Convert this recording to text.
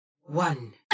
one